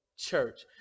church